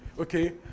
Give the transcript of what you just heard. okay